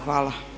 Hvala.